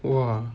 !wah!